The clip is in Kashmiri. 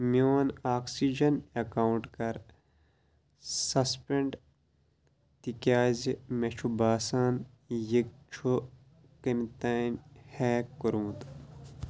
میٛون آکسیٖجن اَکاوُنٛٹ کَر سَسپینٛڈ تِکیٛازِ مےٚ چھُ باسان یہِ چھُ کٔمۍ تام ہیٚک کوٚرمُت